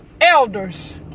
elders